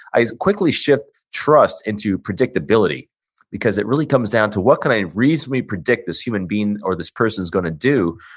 i quickly shift trust into predictability because it really comes down to what can i reasonably predict this human being or this person's going to do.